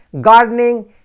gardening